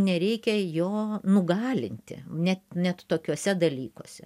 nereikia jo nugalinti ne net tokiuose dalykuose